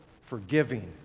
forgiving